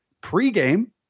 pre-game